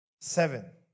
Seven